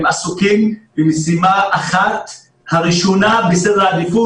עסוקים במשימה אחת הראשונה בסדר העדיפות